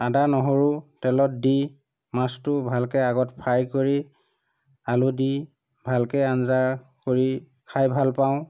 আদা নহৰু তেলত দি মাছটো ভালকৈ আগত ফ্ৰাই কৰি আলু দি ভালকৈ আঞ্জা কৰি খাই ভাল পাওঁ